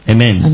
Amen